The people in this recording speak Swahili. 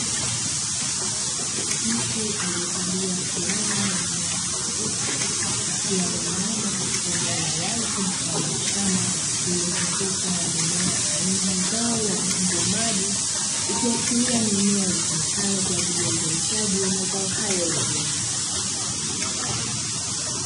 Mtu aliyevalia fulana yenye rangi nyeusi, akiwa ameinama katika eneo la wazi mfano wa shamba, lililozungukwa na mimea aina ya zao la vitunguu maji, likiashiria ni eneo litumikalo kwa ajili ya uzalishaji wa mazao hayo ya biashara.